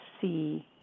see